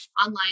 online